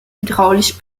hydraulisch